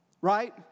right